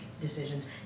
decisions